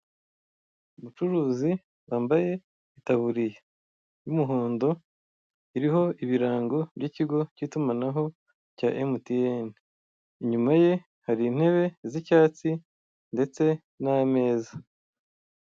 Umucuruzi wambaye itaburiya y'umuhondo iriho ibirango by'ikigo cy'itumanaho cya emutiyene, inyuma ye hari intebe z'icyatsi n'ameza.